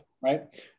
Right